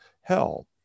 hell